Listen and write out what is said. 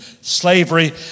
slavery